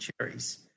cherries